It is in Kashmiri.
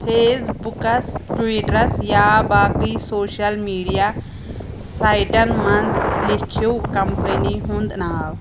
فیس بُکَس ٹویٹرَس یا باقٕے سوشل میڈیا سایٚٹَن منٛز لیٚکھِو کمپٔنی ہُنٛد ناو